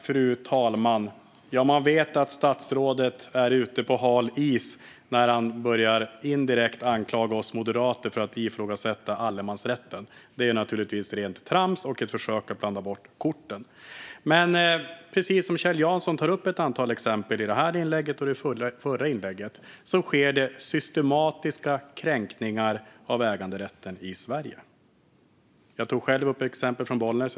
Fru talman! Man vet att statsrådet är ute på hal is när han indirekt anklagar oss moderater för att ifrågasätta allemansrätten. Det är naturligtvis rent trams och ett försök att blanda bort korten. Kjell Jansson har tagit upp ett antal exempel såväl i detta inlägg som i det förra, och precis som han säger sker det systematiska kränkningar av äganderätten i Sverige - jag tog själv upp exempel från Bollnäs.